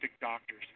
doctors